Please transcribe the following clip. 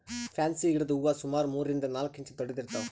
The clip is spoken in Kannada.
ಫ್ಯಾನ್ಸಿ ಗಿಡದ್ ಹೂವಾ ಸುಮಾರ್ ಮೂರರಿಂದ್ ನಾಲ್ಕ್ ಇಂಚ್ ದೊಡ್ಡದ್ ಇರ್ತವ್